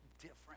different